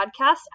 podcast